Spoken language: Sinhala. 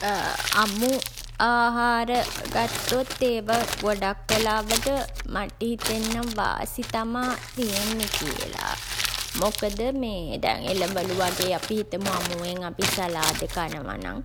අමු ආහාර ගත්තොත් ඒවා ගොඩක් වෙලාවට මට හිතෙන්නේ නම් වාසි තමා තියෙන්නේ කියලා. මොකද මේ දැන් එළවලු වගේ අපි හිතමු අමුවෙන් වගේ සලාද කනවා නම්